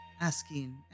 asking